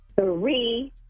Three